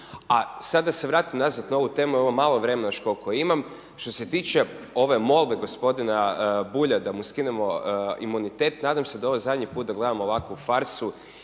A sad da se vratim nazad na ovu temu ovo malo vremena još koliko imam. Što se tiče ove molbe gospodina Bulja da mu skinemo imunitet nadam se da da je ovo zadnji put da gledamo ovakvu farsu